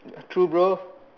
true bro